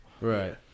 Right